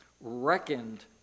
reckoned